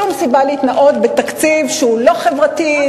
שום סיבה להתנאות בתקציב שהוא לא חברתי,